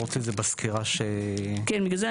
אפשר לראות את זה בסקירה ש כן,